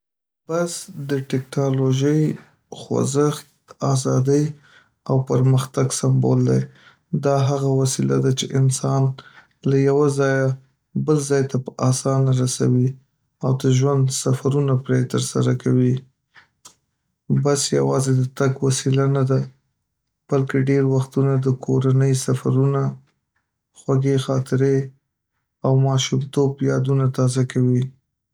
بس د ټکنالوژۍ، خوځښت، ازادۍ او پرمختګ سمبول دی. دا هغه وسیله ده چې انسان له یوه ځایه بل ځای ته په اسانه رسوي او د ژوند سفرونه پرې ترسره کوي. بس یوازې د تګ وسیله نه ده، بلکې ډېر وختونه د کورنۍ سفرونه، خوږې خاطرې او ماشومتوب یادونه تازه کوي.